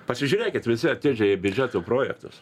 pasižiūrėkit visi atidžiai biudžeto projektas